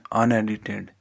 unedited